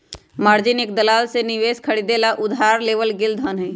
margin एक दलाल से निवेश खरीदे ला उधार लेवल गैल धन हई